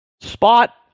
spot